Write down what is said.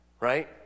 right